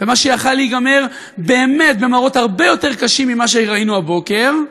מה שיכול היה להיגמר באמת במראות הרבה יותר קשים ממה שראינו הבוקר,